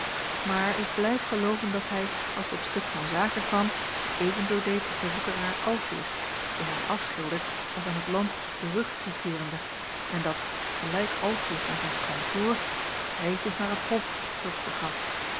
maar ik blijf gelooven dat hij als t op stuk van zaken kwam evenzoo deed als de woekeraar alfius dien hij afschildert als aan het land den rug toekeerende en dat gelijk alfius naar zijn kantoor hij zich naar het hof